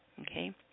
Okay